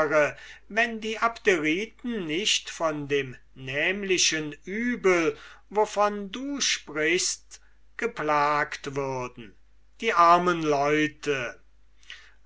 wenn die abderiten nicht von dem nämlichen übel wovon du sprichst geplagt würden die armen leute